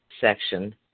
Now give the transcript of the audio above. section